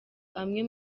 amwe